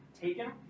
taken